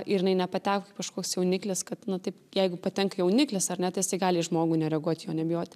ir jinai nepateko kaip kažkos jauniklis kad nu taip jeigu patenka jauniklis ar ne tai jisai gali į žmogų nereaguot jo nebijoti